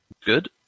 Good